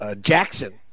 Jackson